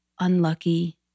unlucky